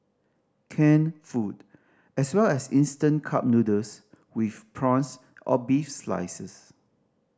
canned food as well as instant cup noodles with prawns or beef slices